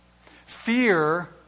Fear